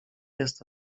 jest